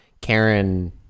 Karen